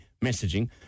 messaging